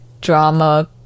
drama